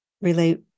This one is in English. relate